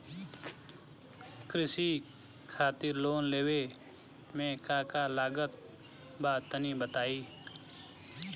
कृषि खातिर लोन लेवे मे का का लागत बा तनि बताईं?